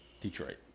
Detroit